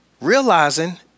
realizing